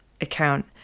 account